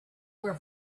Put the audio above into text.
were